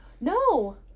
no